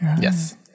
Yes